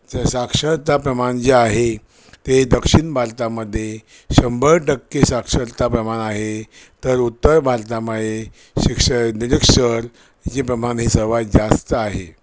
साक्षरता प्रमाण जे आहे ते दक्षिण भारतामध्ये शंभर टक्के साक्षरता प्रमाण आहे तर उत्तर भारतामध्ये शिक्षण निरक्षर याचे प्रमाण हे सर्वात जास्त आहे